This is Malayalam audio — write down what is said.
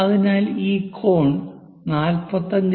അതിനാൽ ഈ കോൺ 45° ആണ്